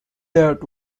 that